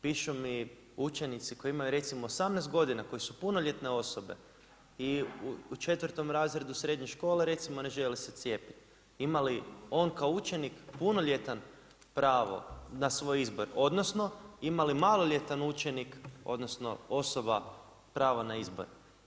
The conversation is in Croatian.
Pišu mi učenici koji imaju recimo 18 godina koji su punoljetne osobe i u 4. razredu srednje škole recimo ne žele se cijepiti, ima li on kao učenik punoljetan pravo na svoj izbor odnosno imali maloljetan učenik odnosno osoba pravo na izbor?